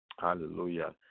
Hallelujah